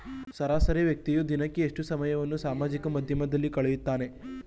ಸರಾಸರಿ ವ್ಯಕ್ತಿಯು ದಿನಕ್ಕೆ ಎಷ್ಟು ಸಮಯವನ್ನು ಸಾಮಾಜಿಕ ಮಾಧ್ಯಮದಲ್ಲಿ ಕಳೆಯುತ್ತಾನೆ?